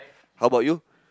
how about you